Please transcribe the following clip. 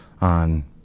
on